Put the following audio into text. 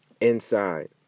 inside